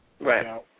Right